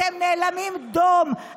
אתם נאלמים דום,